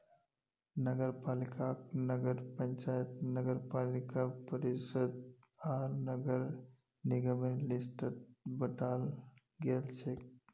नगरपालिकाक नगर पंचायत नगरपालिका परिषद आर नगर निगमेर लिस्टत बंटाल गेलछेक